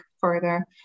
further